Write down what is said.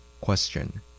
Question